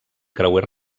creuer